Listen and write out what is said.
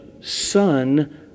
son